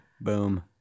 Boom